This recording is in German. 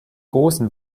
großen